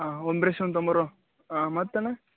ಹಾಂ ಒಂದು ಬ್ರೆಷ್ ಒಂದು ತೊಂಬಾರೋ ಹಾಂ ಮತ್ತಣ್ಣ